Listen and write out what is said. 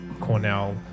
Cornell